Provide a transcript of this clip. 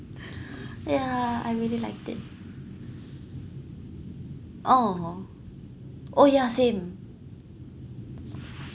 ya I really liked it oo oh ya same